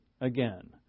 again